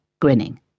grinning